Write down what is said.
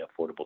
Affordable